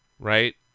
Right